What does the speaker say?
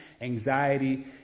anxiety